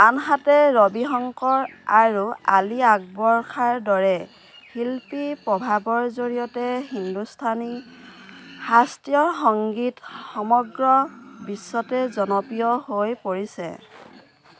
আনহাতে ৰবি শংকৰ আৰু আলী আকবৰ খাঁৰ দৰে শিল্পীৰ প্ৰভাৱৰ জৰিয়তে হিন্দুস্তানী শাস্ত্ৰীয় সংগীত সমগ্ৰ বিশ্বতে জনপ্ৰিয় হৈ পৰিছে